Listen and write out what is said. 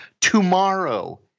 tomorrow